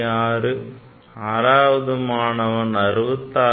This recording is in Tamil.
66 ஆறாவது மாணவன் 66